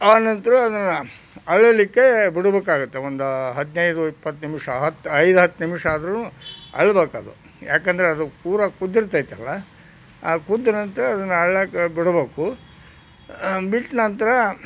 ಅನಂತರ ಅದನ್ನು ಅರಳಲಿಕ್ಕೆ ಬಿಡಬೇಕಾಗುತ್ತೆ ಒಂದು ಹದಿನೈದು ಇಪ್ಪತ್ತು ನಿಮಿಷ ಹತ್ತು ಐದು ಹತ್ತು ನಿಮಿಷ ಆದರು ಅರಳಬೇಕದು ಯಾಕೆಂದ್ರೆ ಅದು ಪೂರ ಕುದ್ದಿರತೈತಲ್ಲ ಆ ಕುದ್ದ ನಂತರ ಅದನ್ನು ಅರಳಕ್ಕೆ ಬಿಡಬೇಕು ಬಿಟ್ಟ ನಂತರ